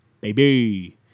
Baby